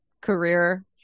career